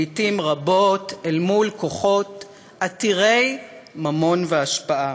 לעתים רבות אל מול כוחות עתירי ממון והשפעה.